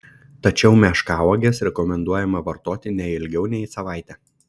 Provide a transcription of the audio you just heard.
tačiau meškauoges rekomenduojama vartoti ne ilgiau nei savaitę